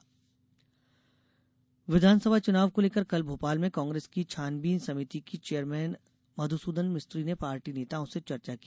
कांग्रेस बैठक विधानसभा चुनाव को लेकर कल भोपाल में कांग्रेस की छानबीन समिति के चेयरमेन मधुसूदन मिस्त्री ने पार्टी नेताओं से चर्चा की